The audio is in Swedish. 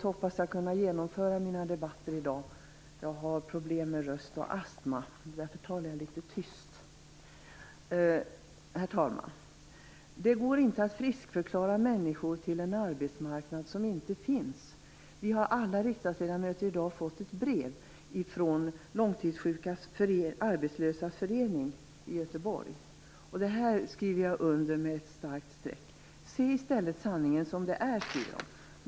Herr talman! Det går inte att friskförklara människor till en arbetsmarknad som inte finns. Alla vi riksdagsledamöter har i dag fått ett brev från de långtidssjuka arbetslösas förening i Göteborg. Detta stryker jag under med ett starkt streck. Se i stället sanningen som den är, säger brevskrivaren.